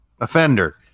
offender